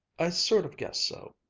i sort of guessed so.